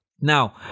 Now